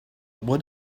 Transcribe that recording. what